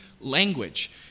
language